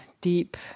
deep